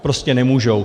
Prostě nemůžou.